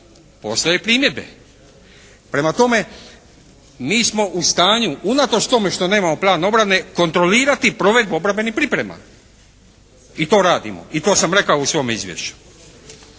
postoje primjedbe. Prema tome, mi smo u stanju unatoč tome što nemamo plan obrane kontrolirati provedbu obrambenih priprema. I to radimo. I to sam rekao u svome izvješću.